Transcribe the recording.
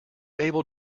able